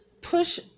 push